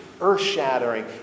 earth-shattering